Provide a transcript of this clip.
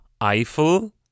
Eiffel